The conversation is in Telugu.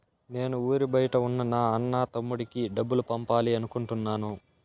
నేను ఊరి బయట ఉన్న నా అన్న, తమ్ముడికి డబ్బులు పంపాలి అనుకుంటున్నాను